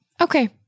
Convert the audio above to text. okay